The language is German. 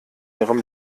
ihrem